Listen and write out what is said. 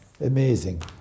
Amazing